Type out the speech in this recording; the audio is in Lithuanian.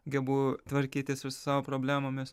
gebu tvarkytis su savo problemomis